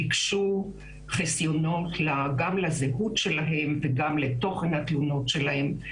ביקשו חסיונות גם לזהות שלהם וגם לתוכן התלונות שלהם.